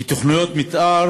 כי תוכניות מתאר